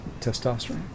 testosterone